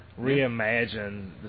reimagine